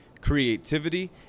creativity